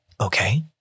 Okay